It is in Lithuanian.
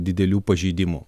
didelių pažeidimų